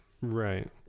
right